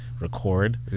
record